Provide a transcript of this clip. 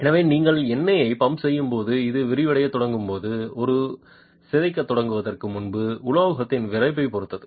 எனவே நீங்கள் எண்ணெயை பம்ப் செய்யும்போது இது விரிவடையத் தொடங்கும் போது அது சிதைக்கத் தொடங்குவதற்கு முன்பு உலோகத்தின் விறைப்பைப் பொறுத்தது